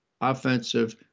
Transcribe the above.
offensive